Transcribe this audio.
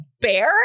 bear